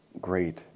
great